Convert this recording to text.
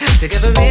together